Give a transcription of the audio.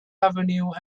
avenue